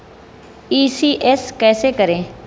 ECS कैसे करें?